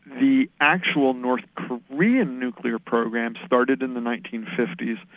the actual north korean nuclear program started in the nineteen fifty s,